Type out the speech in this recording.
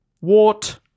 wart